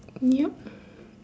yup